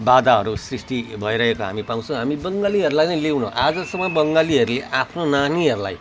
बाधाहरू सृष्टि भइरहेको हामी पाउँछौँ हामी बङ्गालीहरूलाई नै लिऊँ न आजसम्म बङ्गालीहरूले आफ्नो नानीहरूलाई